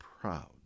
proud